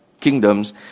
kingdoms